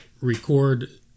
record